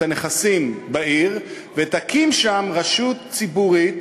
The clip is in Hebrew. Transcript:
הנכסים בעיר ותקים שם רשות ציבורית,